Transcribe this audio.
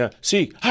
See